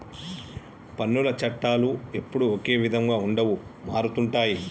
పన్నుల చట్టాలు ఎప్పుడూ ఒకే విధంగా ఉండవు మారుతుంటాయి